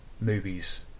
movies